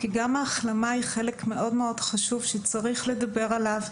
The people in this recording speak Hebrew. כי גם ההחלמה היא חלק מאוד-מאוד חשוב שצריך לדבר עליו,